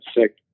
sick